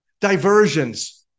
diversions